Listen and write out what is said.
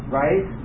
right